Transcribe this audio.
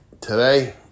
today